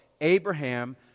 Abraham